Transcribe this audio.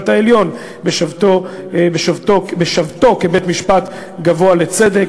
העליון בשבתו כבית-משפט גבוה לצדק,